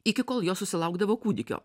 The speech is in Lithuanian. iki kol jos susilaukdavo kūdikio